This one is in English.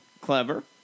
clever